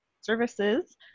services